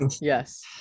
Yes